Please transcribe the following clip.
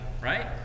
right